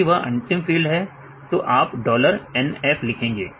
यदि वह अंतिम फील्ड है तो आप डॉलर NF लिखेंगे